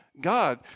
God